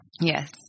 Yes